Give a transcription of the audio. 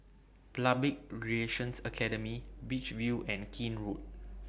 Public Relations Academy Beach View and Keene Road